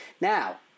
Now